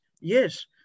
Yes